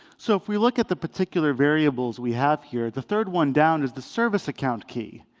so if we look at the particular variables we have here, the third one down is the service account key.